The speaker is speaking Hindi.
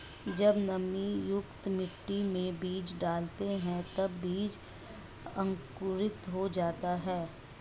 जब नमीयुक्त मिट्टी में बीज डालते हैं तब बीज अंकुरित हो जाता है